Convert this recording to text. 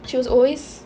she was always